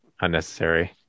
unnecessary